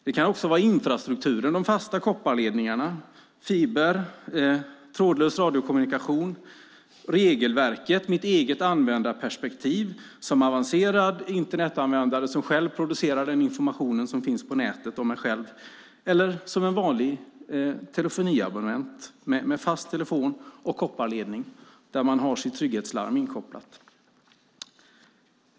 Det kan också vara infrastrukturen med fasta kopparledningar, fiber och trådlös radiokommunikation, regelverket och mitt eget användarperspektiv som avancerad Internetanvändare som själv producerar den information som finns på nätet om mig själv eller som en vanlig telefoniabonnent med fast telefon och kopparledning där man har sitt trygghetslarm inkopplat.